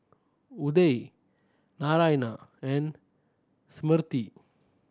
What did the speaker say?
Udai Naraina and Smriti